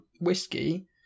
whiskey